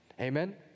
Amen